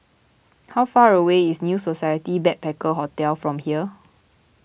how far away is New Society Backpacker Hotel from here